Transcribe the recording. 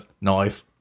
knife